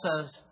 says